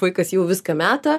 vaikas jau viską meta